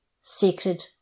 sacred